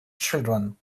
children